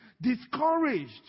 discouraged